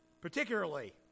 particularly